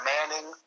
Manning